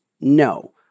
no